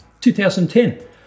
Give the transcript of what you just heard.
2010